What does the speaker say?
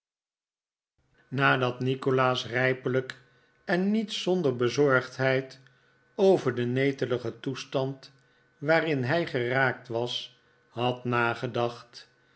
nadat nikolaas rijpelijk en niet zonder bezorgdheid over den neteligen toestand waarin hij geraakt was had nagedacht